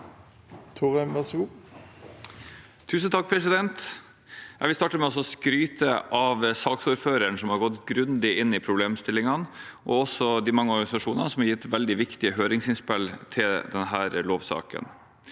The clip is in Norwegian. (H) Jeg vil starte med å skryte av saksordføreren, som har gått grundig inn i problemstillingene, og også av de mange organisasjonene som har gitt veldig viktige høringsinnspill til denne lovsaken.